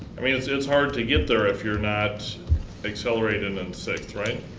i mean, it's it's hard to get there if you're not accelerated in sixth, right?